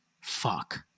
fuck